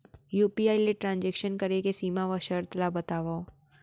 UPI ले transaction करे के सीमा व शर्त ला बतावव?